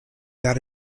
that